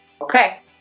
Okay